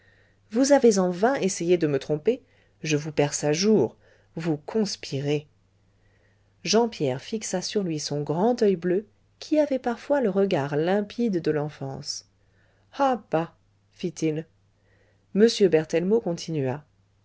vous avez en vain essayé de me tromper je vous perce à jour vous conspirez jean pierre fixa sur lui son grand oeil bleu qui avait parfois le regard limpide de l'enfance ah bah fit-il m berthellemot continua